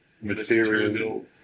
material